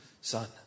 son